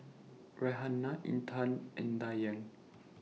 Raihana Intan and Dayang